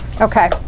Okay